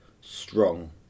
strong